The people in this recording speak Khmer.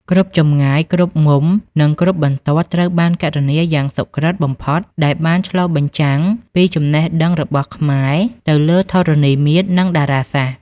គ្រប់ចម្ងាយ គ្រប់មុំ និងគ្រប់បន្ទាត់ត្រូវបានគណនាយ៉ាងសុក្រិតបំផុតដែលបានឆ្លុះបញ្ចាំងពីចំណេះដឹងខ្ពស់របស់ខ្មែរទៅលើធរណីមាត្រនិងតារាសាស្ត្រ។